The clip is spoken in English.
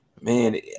man